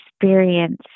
experience